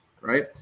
right